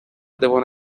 devono